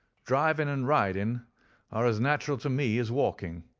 driving and riding are as natural to me as walking,